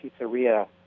pizzeria